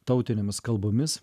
tautinėmis kalbomis